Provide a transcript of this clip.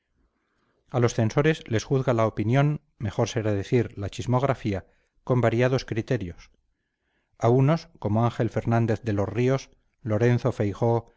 a los censores les juzga la opinión mejor será decir la chismografía con variados criterios a unos como ángel fernández de los ríos lorenzo feijoo